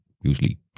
usually